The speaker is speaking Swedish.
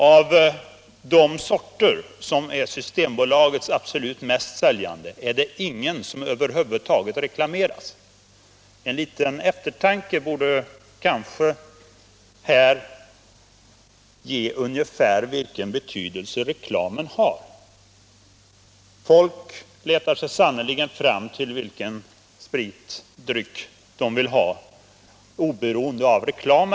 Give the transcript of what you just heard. Av de sorter som är Systembolagets mest sålda är det ingen som över huvud taget reklameras. Med litet eftertanke borde man kanske här kunna inse ungefär vilken betydelse reklamen har. Folk letar sig sannerligen fram till vilken spritdryck de vill ha oberoende av reklam.